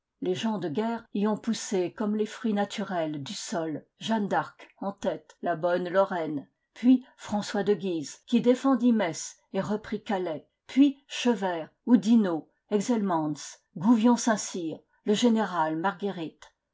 les gens de guerre y ont poussé comme les fruits naturels du sol jeanne d'arc en tête la bonne lorraine puis françois de guise qui défendit metz et reprit calais puis chevert oudinot excelmans gouvion saintcyr le général margueritte